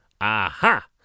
Aha